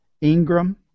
Ingram